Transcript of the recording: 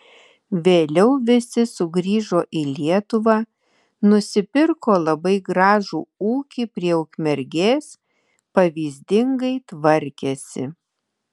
vėliau visi sugrįžo į lietuvą nusipirko labai gražų ūkį prie ukmergės pavyzdingai tvarkėsi